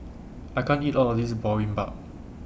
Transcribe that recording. I can't eat All of This Boribap